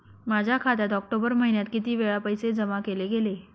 माझ्या खात्यात ऑक्टोबर महिन्यात किती वेळा पैसे जमा केले गेले?